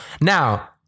Now